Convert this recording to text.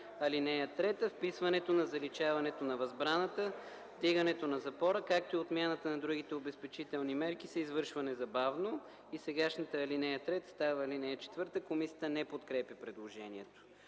„(3) Вписването на заличаването на възбраната, вдигането на запора, както и отмяната на другите обезпечителни мерки се извършва незабавно.” Сегашната ал. 3 става ал. 4.” Комисията не подкрепя предложението.